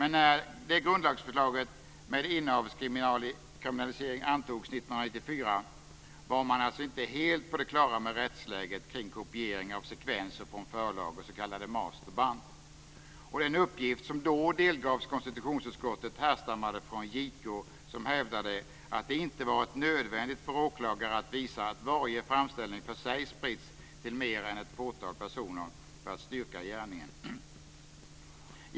När det grundlagsförslaget med innehavskriminalisering antogs 1994 var man alltså inte helt på det klara med rättsläget kring kopiering av sekvenser från förlagor, s.k. masterband. Den uppgift som då delgavs konstitutionsutskottet härstammade från JK, som hävdade att det inte varit nödvändigt för åklagare att visa att varje framställning för sig spritts till "mer än ett fåtal personer" för att styrka gärningen.